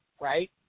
right